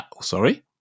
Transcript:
Sorry